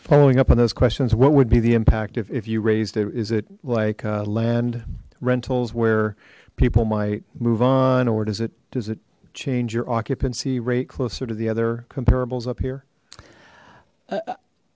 following up on those questions what would be the impact if you raised it is it like land rentals where people might move on or does it does it change your occupancy rate closer to the other comparables up here i